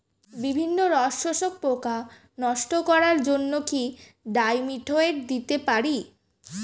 বিভিন্ন রস শোষক পোকা নষ্ট করার জন্য কি ডাইমিথোয়েট দিতে পারি?